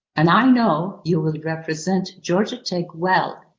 and i know you will represent georgia tech well,